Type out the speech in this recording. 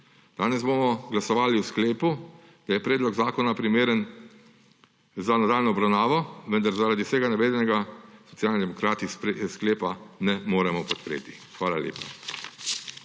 Danes bomo glasovali o sklepu, da je predlog zakona primeren za nadaljnjo obravnavo, vendar zaradi vsega navedenega Socialni demokrati sklepa ne moremo podpreti. Hvala lepa.